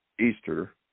Easter